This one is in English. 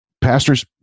Pastors